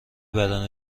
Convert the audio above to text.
بدن